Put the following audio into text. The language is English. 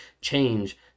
change